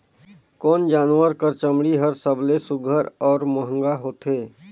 कोन जानवर कर चमड़ी हर सबले सुघ्घर और महंगा होथे?